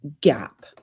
gap